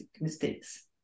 mistakes